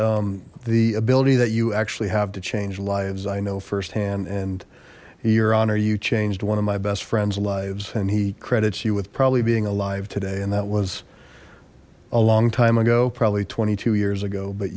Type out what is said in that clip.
the ability that you actually have to change lives i know firsthand and your honor you changed one of my best friend's lives and he credits you with probably being alive today and that was a long time ago probably twenty two years ago but